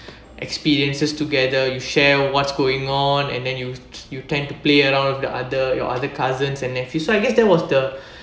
experiences together you share what's going on and then you you tend to play around with the other your other cousins and nephews so I guess that was the